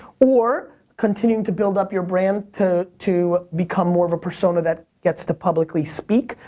or continuing to build up your brand to to become more of a persona that gets to publicly speak.